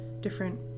different